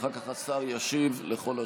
ואחר כך השר ישיב על כל השאלות.